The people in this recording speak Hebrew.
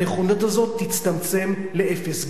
הנכונות הזאת תצטמצם לאפס.